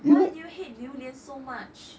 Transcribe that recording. why do you hate 榴莲 so much